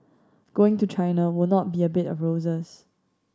going to China will not be a bed of roses